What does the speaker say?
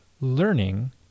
learning